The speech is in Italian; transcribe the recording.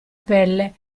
pelle